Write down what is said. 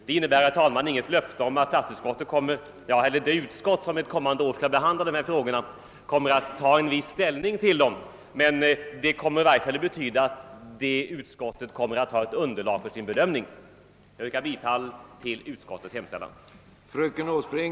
Det innebär självfallet inte något löfte om att det utskott som då skall behandla frågan kommer att bifalla förslaget, men utskottet kommer i varje fall att ha ett underlag för sin bedömning.